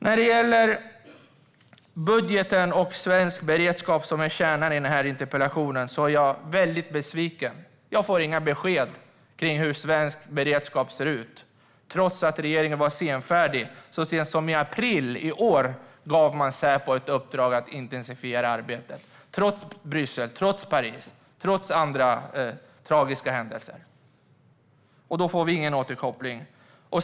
När det gäller budgeten och svensk beredskap, som är kärnan i denna interpellation, är jag väldigt besviken. Jag får inga besked om hur svensk beredskap ser ut, trots att regeringen var senfärdig. Så sent som i april i år gav man Säpo ett uppdrag att intensifiera arbetet. Så var det trots händelserna i Bryssel och i Paris och andra tragiska händelser. Vi får ingen återkoppling.